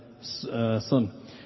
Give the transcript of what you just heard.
son